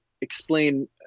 explain